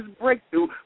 breakthrough